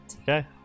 Okay